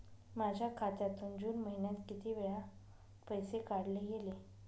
माझ्या खात्यातून जून महिन्यात किती वेळा पैसे काढले गेले?